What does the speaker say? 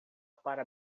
para